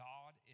God